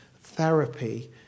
therapy